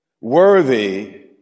worthy